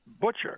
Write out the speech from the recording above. butcher